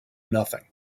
nothing